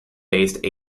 based